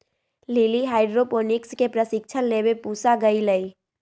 lily hydroponics के प्रशिक्षण लेवे पूसा गईलय